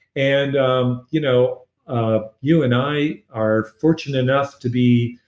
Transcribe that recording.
and um you know ah you and i are fortunate enough to be